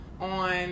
on